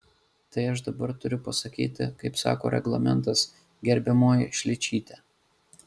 tai aš dabar turiu pasakyti kaip sako reglamentas gerbiamoji šličyte